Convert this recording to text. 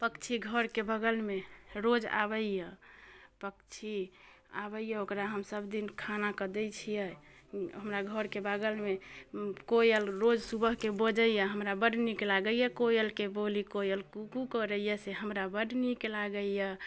पक्षी घरके बगलमे रोज आबैए पक्षी आबैए ओकरा हम सबदिन खाना दै छिए हमरा घरके बगलमे कोयल रोज सुबहके बजैए हमरा बड्ड नीक लागैए कोयलके बोली कोयल कू कू करैए से हमरा बड्ड नीक लागैए